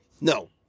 No